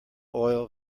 oil